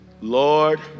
Lord